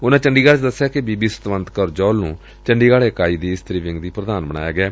ਉਨਾਂ ਚੰਡੀਗੜ ਚ ਦਸਿਆ ਕਿ ਬੀਬੀ ਸਤਵੰਦ ਕੌਰ ਜੌਹਲ ਨੂੰ ਚੰਡੀਗੜ ਇਕਾਈ ਦੀ ਇਸਤਰੀ ਵਿੰਗ ਦੀ ਪ੍ਰਧਾਨ ਬਣਾਇਆ ਗਿਐ